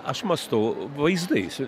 aš mąstau vaizdais